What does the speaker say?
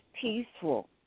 peaceful